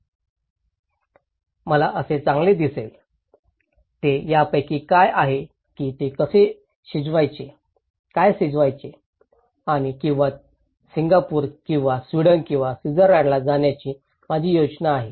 मला कसे चांगले दिसेल ते त्यापैकी आहे की ते कसे शिजवायचे काय शिजवायचे आणि किंवा सिंगापूर किंवा स्वीडन किंवा स्वित्झर्लंडला जाण्याची माझी योजना आहे